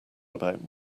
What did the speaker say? about